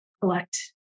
collect